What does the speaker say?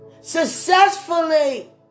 Successfully